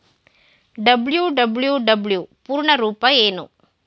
WWW ಪೂರ್ಣ ರೂಪ ಏನು?